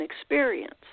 experience